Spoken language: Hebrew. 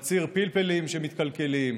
בציר פלפלים שמתקלקלים.